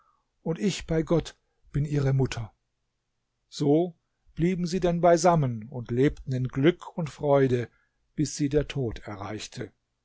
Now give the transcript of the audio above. und ich bei gott bin ihre mutter so blieben sie denn beisammen und lebten in glück und freude bis sie der tod erreichte